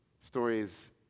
stories